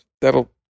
that'll